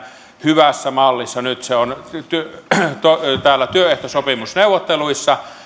hyvässä mallissa nyt se on työehtosopimusneuvotteluissa